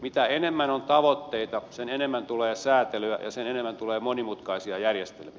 mitä enemmän on tavoitteita sitä enemmän tulee säätelyä ja sitä enemmän tulee monimutkaisia järjestelmiä